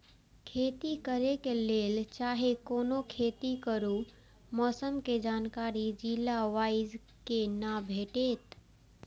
खेती करे के लेल चाहै कोनो खेती करू मौसम के जानकारी जिला वाईज के ना भेटेत?